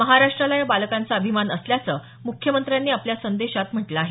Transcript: महाराष्ट्राला या बालकांचा अभिमान असल्याचं मुख्यमंत्र्यांनी आपल्या संदेशात म्हटलं आहे